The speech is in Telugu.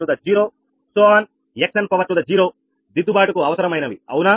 xn దిద్దుబాటుకు అవసరమైనవి అవునా